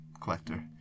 collector